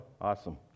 Awesome